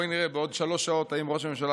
בואו נראה בעוד שלוש שעות אם ראש הממשלה